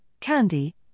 candy